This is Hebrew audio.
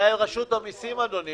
בשנת המס 2018 או 2019,